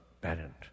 parent